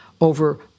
over